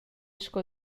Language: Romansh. sco